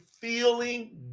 feeling